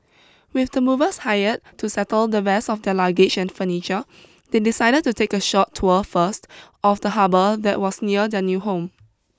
with the movers hired to settle the rest of their luggage and furniture they decided to take a short tour first of the harbour that was near their new home